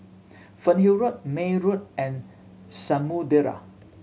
Fernhill Road May Road and Samudera